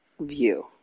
view